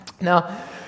Now